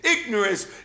ignorance